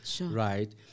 right